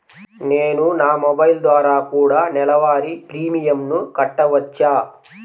నేను నా మొబైల్ ద్వారా కూడ నెల వారి ప్రీమియంను కట్టావచ్చా?